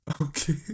Okay